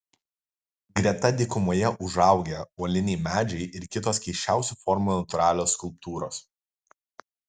greta dykumoje užaugę uoliniai medžiai ir kitos keisčiausių formų natūralios skulptūros